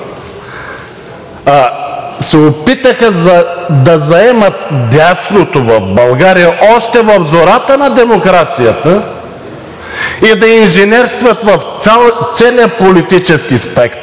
се опитаха да заемат дясното в България още в зората на демокрацията и да инженерстват в целия политически спектър.